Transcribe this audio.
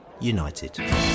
United